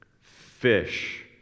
fish